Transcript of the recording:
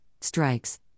strikes